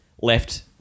left